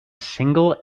single